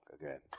again